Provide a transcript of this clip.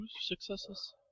successes